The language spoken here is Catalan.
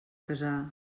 casar